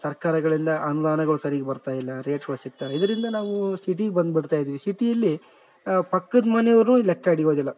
ಸರ್ಕಾರಗಳಿಂದ ಅನುದಾನಗಳು ಸರಿಗೆ ಬರ್ತಾಯಿಲ್ಲ ರೇಟ್ಗಳು ಸಿಕ್ತ ಇದರಿಂದ ನಾವು ಸಿಟಿಗೆ ಬಂದು ಬುಡ್ತಾ ಇದ್ವಿ ಸಿಟೀಲಿ ಪಕ್ಕದ ಮನೆಯವರು ಲೆಕ್ಕ ಇಡಿಯೋದಿಲ್ಲ